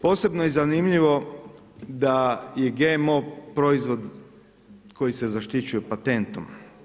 Posebno je zanimljivo da je GMO proizvod koji se zaštićuje patentom.